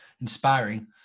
inspiring